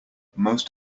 most